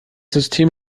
system